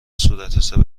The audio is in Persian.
صورتحساب